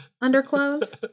underclothes